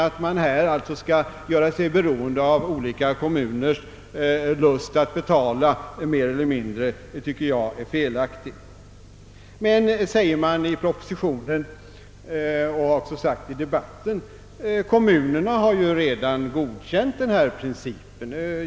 Att man här skulle göra sig beroende av olika kommuners lust att betala anser jag vara felaktigt. Det sägs i propositionen och det har också sagts i debatten, att kommunerna redan godkänt den föreslagna principen.